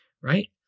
right